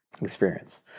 experience